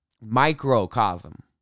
microcosm